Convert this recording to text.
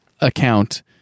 account